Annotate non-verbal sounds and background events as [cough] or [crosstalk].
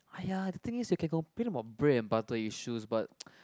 !aiya! the thing is you can complain about bread and butter issues but [noise]